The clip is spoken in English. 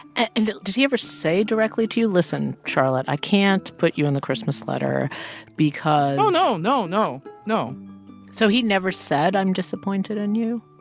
and did he ever say directly to you, listen, charlotte, i can't put you in the christmas letter because. no, no, no, no, no, no so he never said, i'm disappointed in you?